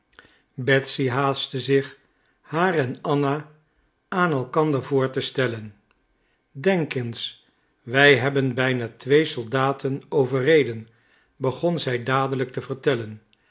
betsy haastte zich haar en anna aan elkander voor te stellen denk eens wij hebben bijna twee soldaten overreden begon zij dadelijk te vertellen